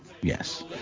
Yes